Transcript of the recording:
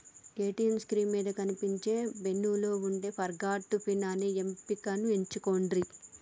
ATM screen మీద కనిపించే మెనూలో వుండే ఫర్గాట్ పిన్ అనే ఎంపికను ఎంచుకొండ్రి